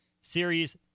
Series